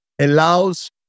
allows